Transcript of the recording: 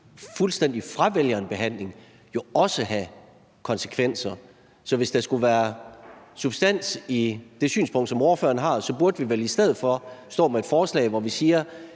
fuldstændig fravælger en behandling, jo også have konsekvenser. Så hvis der skulle være substans i det synspunkt, som ordføreren har, burde vi vel i stedet for stå med et forslag, hvor vi siger,